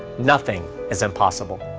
nothing is impossible.